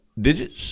digits